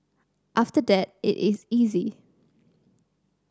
after that it is easy